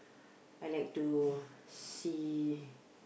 I like to see